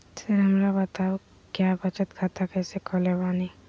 Sir हमरा बताओ क्या बचत खाता कैसे खोले बानी?